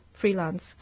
freelance